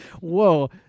whoa